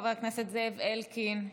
חבר הכנסת זאב אלקין,